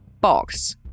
box